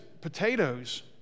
potatoes